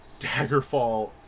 Daggerfall